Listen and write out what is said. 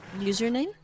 username